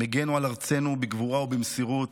הם הגנו על ארצנו בגבורה ובמסירות,